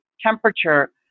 temperature